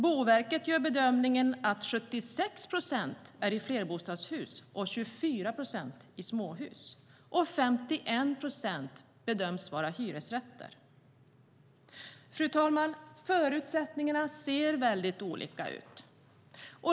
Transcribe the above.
Boverket gör bedömningen att 76 procent handlar om flerbostadshus och att 24 procent handlar om småhus. Och 51 procent bedöms vara hyresrätter. Fru talman! Förutsättningarna ser väldigt olika ut.